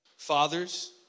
Fathers